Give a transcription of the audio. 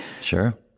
Sure